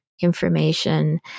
information